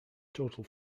total